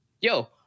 yo